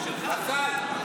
וחרפה.